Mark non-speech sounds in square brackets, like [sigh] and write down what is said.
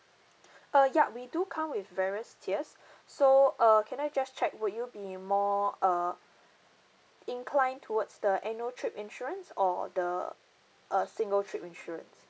uh ya we do come with various tiers [breath] so uh can I just check would you be more err inclined towards the annual trip insurance or the a single trip insurance